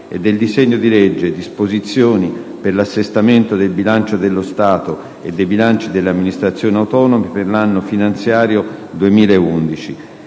nuova finestra") ***Disposizioni per l'assestamento del bilancio dello Stato e dei bilanci delle Amministrazioni autonome per l'anno finanziario 2011***